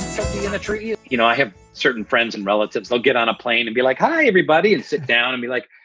in a tree. you know, i have certain friends and relatives, they'll get on a plane and be like, hi, everybody! and sit down and be like,